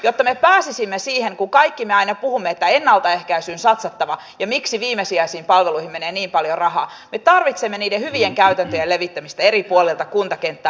jotta me pääsisimme siihen kun kaikki me aina puhumme että ennaltaehkäisyyn on satsattava ja miksi viimesijaisiin palveluihin menee niin paljon rahaa me tarvitsemme niiden hyvien käytäntöjen levittämistä eri puolilta kuntakenttää